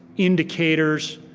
indicators,